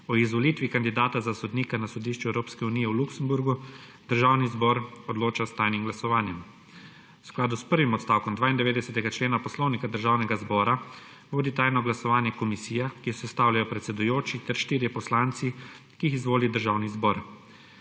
o izvolitvi kandidata za sodnika na Sodišču Evropske unije v Luksemburgu Državni zbor odloča s tajnim glasovanjem. V skladu s prvim odstavkom 92. člena Poslovnika Državnega zbora vodi tajno glasovanje komisija, ki jo sestavljajo predsedujoči ter štirje poslanci, ki jih izvoli Državni zbor.